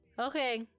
Okay